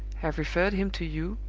have referred him to you,